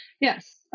yes